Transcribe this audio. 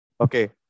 Okay